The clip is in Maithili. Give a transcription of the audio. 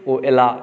ओ अयलाह